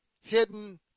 hidden